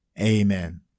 Amen